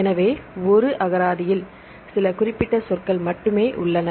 எனவே ஒரு அகராதியில் சில குறிப்பிட்ட சொற்கள் மட்டுமே உள்ளன